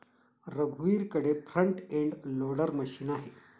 रघुवीरकडे front end loader machine आहे